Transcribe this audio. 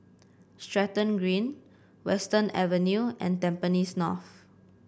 Stratton Green Western Avenue and Tampines North